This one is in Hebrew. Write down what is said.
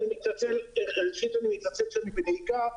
אני מתנצל שאני בנהיגה.